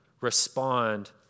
respond